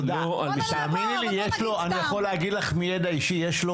אני יכול להגיד לך מידע אישי שיש לו